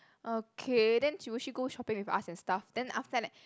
okay then she would she go shopping with us and stuff then after that